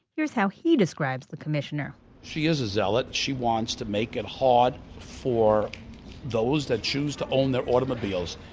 here's how he describes the commissioner she is a zealot. she wants to make it hard for those that choose to own their automobiles.